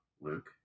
Luke